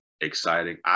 exciting